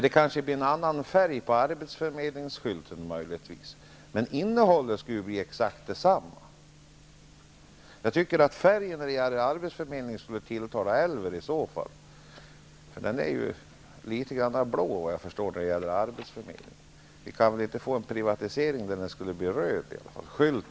Det kanske blir en annan färg på arbetsförmedlingsskylten. Men innehållet skulle bli exakt detsamma. Jag tycker att färgen på arbetsförmedlingsskylten skulle tilltala Elver Jonsson, eftersom den är blå. Och vi kan väl inte få en privat arbetsförmedling med röd skylt.